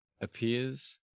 appears